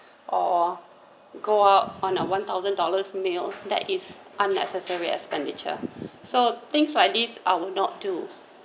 or go out on a one thousand dollars meal that is unnecessary expenditure so things like this I will not do